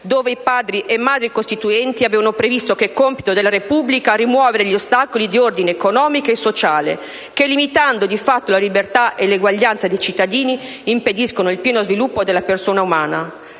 dove i padri e madri costituenti avevano previsto che è compito della Repubblica rimuovere gli ostacoli di ordine economico e sociale, che limitando di fatto la libertà e l'eguaglianza dei cittadini, impediscono il pieno sviluppo della persona umana.